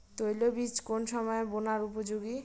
তৈলবীজ কোন সময়ে বোনার উপযোগী?